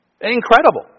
Incredible